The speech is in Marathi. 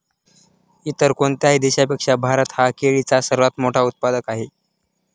इतर कोणत्याही देशापेक्षा भारत हा केळीचा सर्वात मोठा उत्पादक आहे